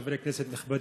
חברי כנסת נכבדים,